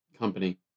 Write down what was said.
Company